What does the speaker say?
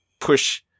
push